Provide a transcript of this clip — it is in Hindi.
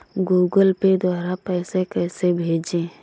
गूगल पे द्वारा पैसे कैसे भेजें?